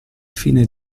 fine